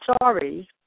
sorry